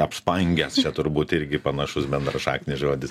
apspangęs čia turbūt irgi panašus bendrašaknis žodis